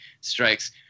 strikes